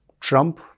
Trump